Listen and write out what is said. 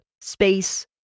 space